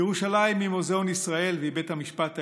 ירושלים היא מוזיאון ישראל ובית המשפט העליון.